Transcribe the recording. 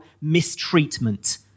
mistreatment